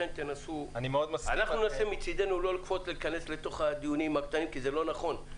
אנחנו ננסה מצדנו לא לקפוץ ולהיכנס לתוך הדיונים כי זה לא נכון.